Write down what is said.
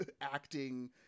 acting